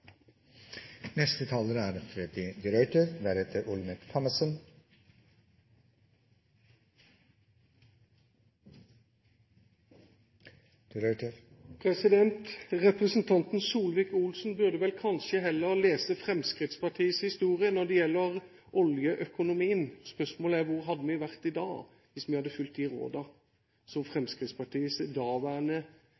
neste valgkamp. Representanten Solvik-Olsen burde vel kanskje heller lese Fremskrittspartiets historie når det gjelder oljeøkonomien. Spørsmålet er: Hvor hadde vi vært i dag hvis vi hadde fulgt